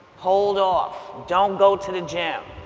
hold off, don't go to the gym,